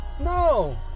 no